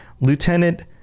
Lieutenant